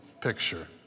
picture